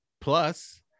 plus